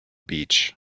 beach